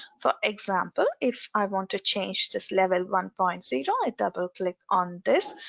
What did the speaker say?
for example if i want to change this level one point zero i double click on this.